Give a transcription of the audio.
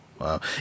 Wow